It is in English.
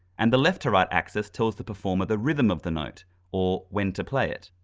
and the left-to-right axis tells the performer the rhythm of the note or when to play it.